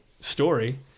story